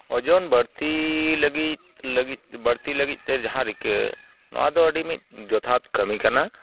ᱳᱡᱚᱱ ᱵᱟᱹᱲᱛᱤ ᱞᱟᱹᱜᱤᱫ ᱞᱟᱹᱜᱤᱫ ᱵᱟᱹᱲᱛᱤ ᱞᱟᱹᱜᱤᱫ ᱛᱮ ᱡᱟᱦᱟᱸ ᱨᱤᱠᱟᱹ ᱱᱚᱣᱟ ᱫᱚ ᱟᱹᱰᱤ ᱢᱤᱫ ᱡᱚᱛᱷᱟᱛ ᱠᱟᱹᱢᱤ ᱠᱟᱱᱟ